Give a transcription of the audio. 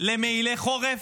ומעילי חורף?